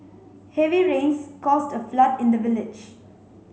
heavy rains caused a flood in the village